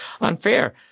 unfair